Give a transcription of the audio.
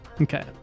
Okay